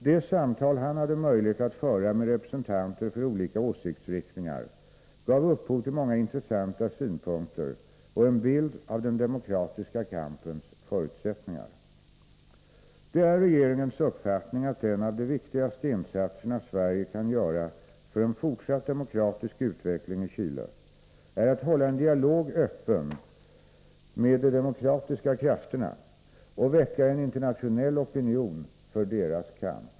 De samtal han hade möjlighet att föra med representanter för olika åsiktsriktningar gav upphov till många intressanta synpunkter och en bild av den demokratiska kampens förutsättningar. Det är regeringens uppfattning att en av de viktigaste insatserna Sverige kan göra för en fortsatt demokratisk utveckling i Chile är att hålla en dialog öppen med de demokratiska krafterna och väcka en internationell opinion för deras kamp.